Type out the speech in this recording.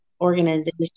organization